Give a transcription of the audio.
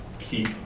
keep